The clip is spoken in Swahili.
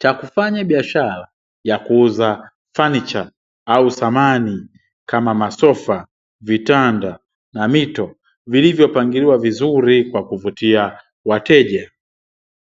cha kufanya biashara ya kuuza fanicha au samani, kama masofa, vitanda, na mito, vilivyopangiliwa vizuri kwa kuvutia wateja.